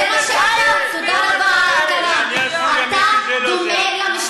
אתה משווה את עצמך לאירופים.